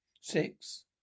six